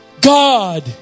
God